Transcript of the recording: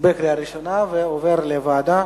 בקריאה ראשונה, ועוברת לוועדה,